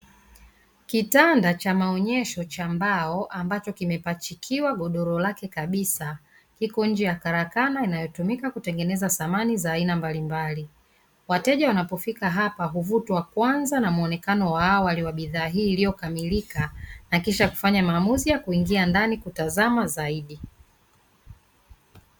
Kitanda cha maonyesho cha mbao ambacho kimepachikiwa godoro kabisa kipo nje ya karakana inayotumika kutengeneza samani mbalimbali, wateja wanapofika hapa huvutwa kwanza na muonekano wa bidhaa hii iliyokamilika na kisha huingia ndani kutazama zaidi.